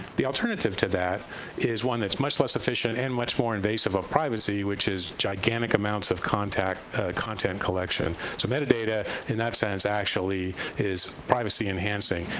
the alternative to that is one that's much less efficient and much more invasive of privacy, which is gigantic amounts of content content collection. so metadata, in that sense, actually is privacy-enhancing.